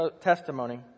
testimony